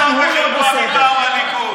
וחרפה מטעם הליכוד.